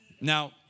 Now